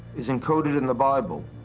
is encoded in the bible.